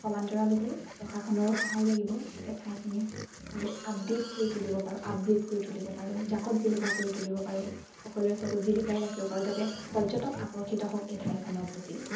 সমান্তৰালকৈ প্ৰশাসনৰো সহায় লাগিব যাতে ঠাইখিনি আৰু আপডেট কৰি তুলিব পাৰোঁ আপগ্ৰেড কৰি তুলিব পাৰোঁ জাকত জিলিকা কৰি তুলিব পাৰোঁ সকলোৰে চকুত জিলিকাই ৰাখিব পাৰোঁ যাতে পৰ্যটক আকৰ্ষিত হওক এই ঠাইখনৰ প্ৰতি